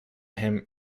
him